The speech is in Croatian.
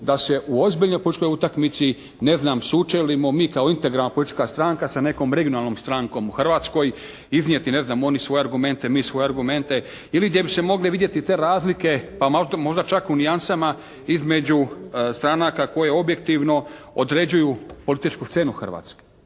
da se u ozbiljnoj političkoj utakmici ne znam sučelimo mi kao integralna politička stranka sa nekom regionalnom strankom u Hrvatskoj, iznijeti ne znam oni svoje argumente, mi svoje argumente ili gdje bi se mogle vidjeti te razlike pa maltene možda čak u nijansama između stranaka koje objektivno određuju političku scenu Hrvatske.